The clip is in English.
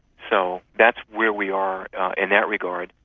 so that's where we are in that regard.